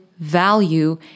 value